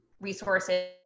resources